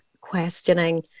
questioning